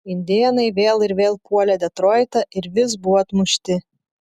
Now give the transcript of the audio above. indėnai vėl ir vėl puolė detroitą ir vis buvo atmušti